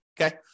okay